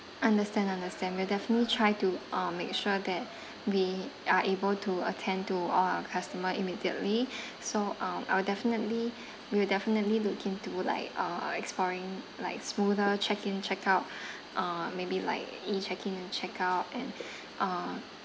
understand understand we'll definitely try to um make sure that we are able to attend to our customer immediately so um I'll definitely we will definitely look into like uh exploring like smoother check in check out uh maybe like e check in and check out and uh